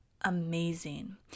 amazing